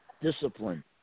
discipline